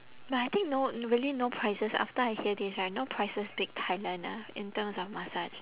but I think no really no prices after I hear this right no prices beat thailand ah in terms of massage